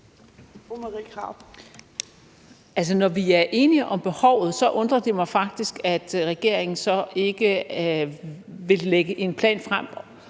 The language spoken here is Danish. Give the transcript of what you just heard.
når vi er enige om behovet, så undrer det mig faktisk, at regeringen så ikke vil lægge en plan frem